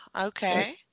okay